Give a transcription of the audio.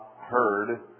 heard